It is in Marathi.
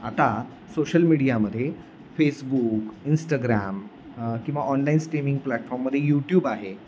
आता सोशल मीडियामध्ये फेसबुक इंस्टाग्राम किंवा ऑनलाईन स्ट्रीमिंग प्लॅटफॉर्ममध्ये यूट्यूब आहे